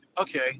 Okay